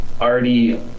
arty